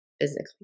physically